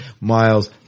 Miles